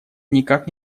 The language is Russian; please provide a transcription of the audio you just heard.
никак